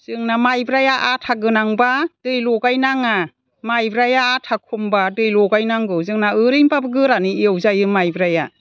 जोंना माइब्राया आथागोनांबा दै लगायनाङा माइब्राया आथा खमबा दै लगायनांगौ जोंना ओरैनोबाबो गोरानै एवजायो माइब्राया